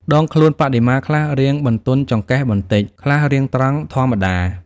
ដងខ្លួនបដិមាខ្លះរាងបន្ទន់ចង្កេះបន្តិច ខ្លះរាងត្រង់ធម្មតា។